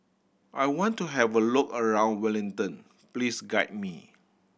I want to have a look around Wellington please guide me